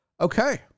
Okay